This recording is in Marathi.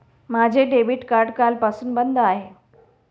माझे डेबिट कार्ड कालपासून बंद आहे